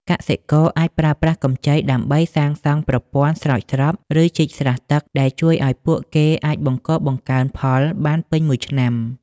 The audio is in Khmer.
កសិករអាចប្រើប្រាស់កម្ចីដើម្បីសាងសង់ប្រព័ន្ធស្រោចស្រព ឬជីកស្រះទឹក ដែលជួយឱ្យពួកគេអាចបង្កបង្កើនផលបានពេញមួយឆ្នាំ។